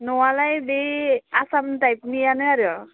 न'आलाय बे आसाम टाइपनियानो आरो